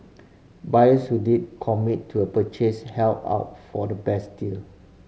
buyers who did commit to a purchase held out for the best deal